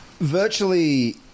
Virtually